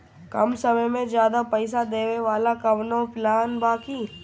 कम समय में ज्यादा पइसा देवे वाला कवनो प्लान बा की?